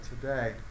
today